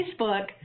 Facebook